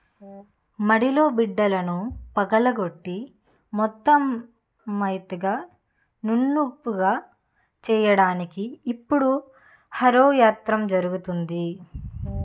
మడిలో బిడ్డలను పగలగొట్టి మెత్తగా నునుపుగా చెయ్యడానికి ఇప్పుడు హరో యంత్రం దొరుకుతుంది